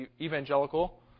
evangelical